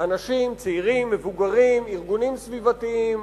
אנשים צעירים, מבוגרים, ארגונים סביבתיים,